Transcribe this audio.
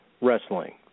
wrestling